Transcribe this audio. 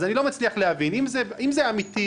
אז אני לא מצליח להבין אם זה אמתי